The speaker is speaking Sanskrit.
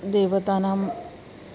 देवतानां